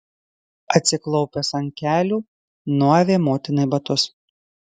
atsiklaupęs ant kelių nuavė motinai batus